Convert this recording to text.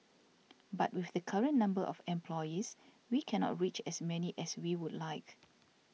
but with the current number of employees we cannot reach as many as we would like